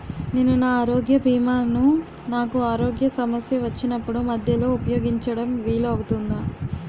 నేను నా ఆరోగ్య భీమా ను నాకు ఆరోగ్య సమస్య వచ్చినప్పుడు మధ్యలో ఉపయోగించడం వీలు అవుతుందా?